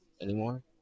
anymore